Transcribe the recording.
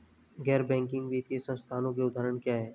गैर बैंक वित्तीय संस्थानों के उदाहरण क्या हैं?